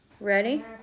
Ready